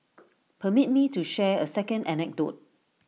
permit me to share A second anecdote